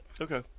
Okay